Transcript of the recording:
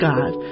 God